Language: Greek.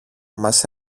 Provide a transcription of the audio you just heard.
μας